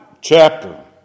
chapter